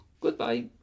Goodbye